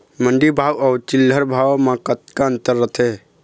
मंडी भाव अउ चिल्हर भाव म का अंतर रथे?